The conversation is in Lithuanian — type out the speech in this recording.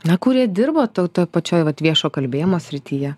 na kurie dirba to toj pačioj vat viešo kalbėjimo srityje